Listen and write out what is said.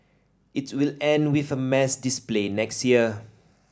it will end with a mass display next year